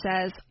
says